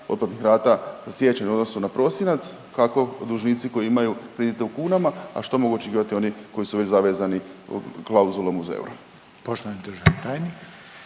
otplatnih rata za siječanj u odnosu na prosinac, kako dužnici koji imaju kredite u kunama, a što mogu očekivati oni koji su već zavezani klauzulom uz euro.